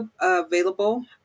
available